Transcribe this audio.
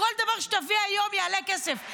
כל דבר שתביא היום יעלה כסף,